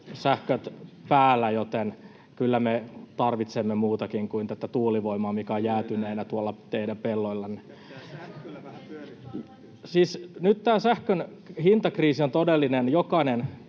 sähköt päällä, joten kyllä me tarvitsemme muutakin kuin tätä tuulivoimaa, mikä on jäätyneenä tuolla teidän pelloillanne. Siis nyt tämä sähkön hintakriisi on todellinen. Jokainen